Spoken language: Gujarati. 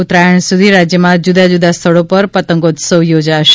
ઉતરાયણ સુધી રાજયમાં જુદાંજુદાં સ્થળો પર પતંગોત્સવ યોજાશે